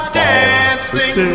dancing